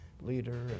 leader